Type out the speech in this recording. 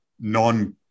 non